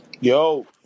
Yo